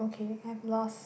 I've lost